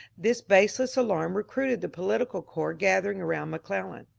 this baseless alarm ro cruited the political corps gathering around mcclellan.